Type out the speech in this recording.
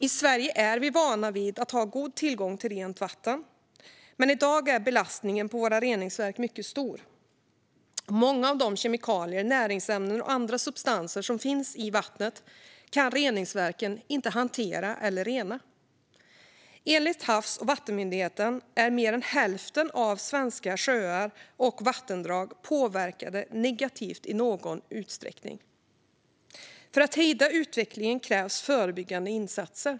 I Sverige är vi vana vid att ha god tillgång till rent vatten, men i dag är belastningen på våra reningsverk mycket stor. Många av de kemikalier, näringsämnen och andra substanser som finns i vattnet kan reningsverken inte hantera eller rena. Enligt Havs och vattenmyndigheten är mer än hälften av svenska sjöar och vattendrag negativt påverkade i någon utsträckning. För att hejda utvecklingen krävs förebyggande insatser.